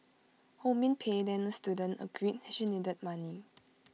ho min Pei then A student agreed has she needed money